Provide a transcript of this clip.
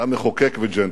אתה מחוקק וג'נטלמן,